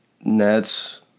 Nets